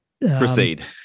Proceed